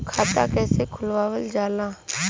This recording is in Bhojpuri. खाता कइसे खुलावल जाला?